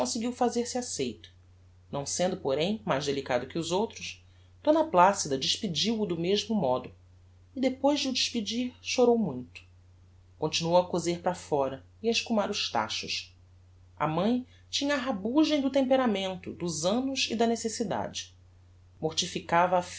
conseguiu fazer-se aceito não sendo porém mais delicado que os outros d placida despediu o do mesmo modo e depois de o despedir chorou muito continuou a coser para fóra e a escumar os tachos a mãe tinha a rabugem do temperamento dos annos e da necessidade mortificava